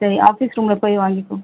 சரி ஆஃபீஸ் ரூமில் போய் வாங்கிக்கோ